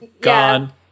gone